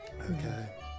Okay